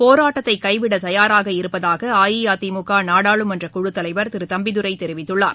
போராட்டத்தை கைவிட தயாராக இருப்பதாக அஇஅதிமுக நாடாளுமன்ற குழுத் தலைவர் திரு தம்பிதுரை தெரிவித்துள்ளார்